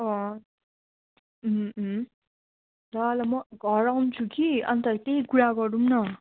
अँ अँ अँ ल ल म घर आउँछु कि अन्त त्यहीँ कुरा गरौँ न